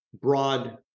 broad